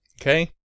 okay